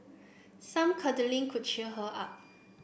some cuddling could cheer her up